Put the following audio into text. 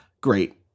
great